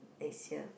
next year